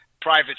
private